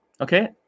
Okay